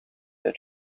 the